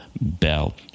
bell